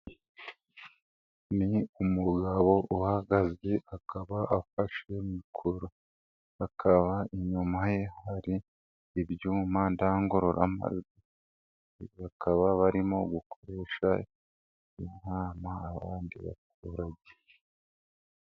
Ni umugabo uhagaze akaba afashe mikoro. Akaba inyuma ye hari ibyuma ndangururamajwi, bakaba barimo gukoresha inama abandi baturage.